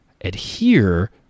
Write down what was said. adhere